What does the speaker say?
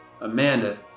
Amanda